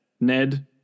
Ned